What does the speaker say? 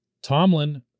Tomlin